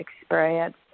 experience